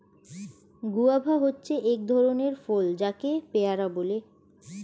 guava হচ্ছে এক ধরণের ফল যাকে পেয়ারা বলে